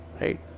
right